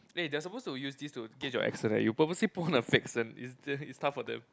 they're supposed to use this to gauge your accent you purposely put on a fake accent it's it's tough for them